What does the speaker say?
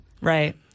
Right